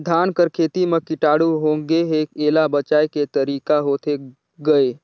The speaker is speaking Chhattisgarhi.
धान कर खेती म कीटाणु होगे हे एला बचाय के तरीका होथे गए?